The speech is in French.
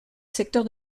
secteur